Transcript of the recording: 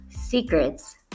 secrets